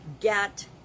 get